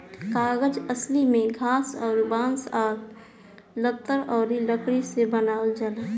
कागज असली में घास अउर बांस आ लतर अउरी लकड़ी से बनावल जाला